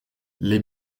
les